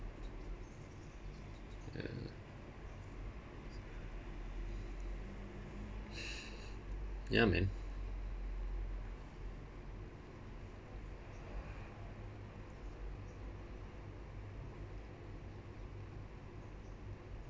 ya ya man